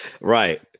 Right